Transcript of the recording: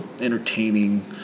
entertaining